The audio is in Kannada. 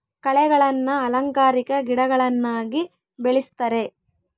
ಕಳೆಗಳನ್ನ ಅಲಂಕಾರಿಕ ಗಿಡಗಳನ್ನಾಗಿ ಬೆಳಿಸ್ತರೆ